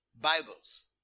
Bibles